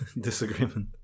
disagreement